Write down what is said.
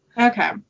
Okay